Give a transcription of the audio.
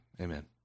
Amen